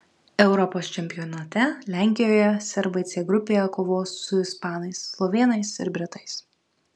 europos čempionate lenkijoje serbai c grupėje kovos su ispanais slovėnais ir britais